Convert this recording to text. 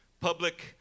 public